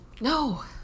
No